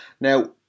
Now